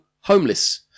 homeless